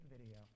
video